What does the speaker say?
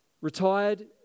retired